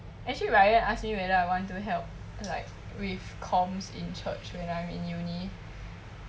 actually ryan ask me whether I want to help like with comms in church when I'm in uni